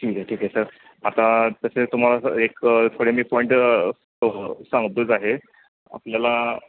ठीक आहे ठीक आहे सर आता तसे तुम्हाला सर एक थोडे मी पॉईंट सांगतोच आहे आपल्याला